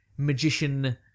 Magician